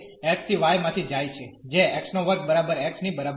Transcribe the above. તેથી y એ x ¿y માંથી જાય છે જે y2 x ની બરાબર છે